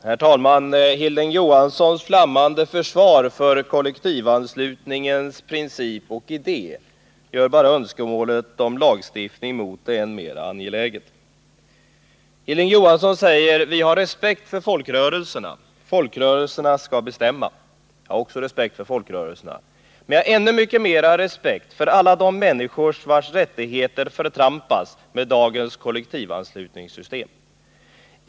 Herr talman! Hilding Johanssons flammande försvar för kollektivanslutningens princip och idé gör bara önskemålet om en lagstiftning mer angeläget. Hilding Johansson säger: Vi har respekt för folkrörelserna, de skall bestämma. Jag har också respekt för folkrörelserna. Men jag har ännu större respekt för alla de människor vilkas rättigheter förtrampas med dagens kollektivanslutningssystem.